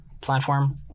platform